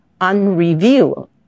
unrevealed